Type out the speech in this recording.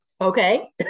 okay